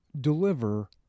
deliver